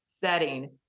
setting